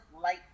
light